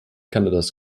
kanadas